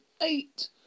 eight